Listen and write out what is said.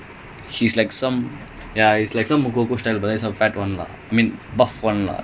uh I'm not sure ah I haven't seen it in a long time